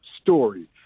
story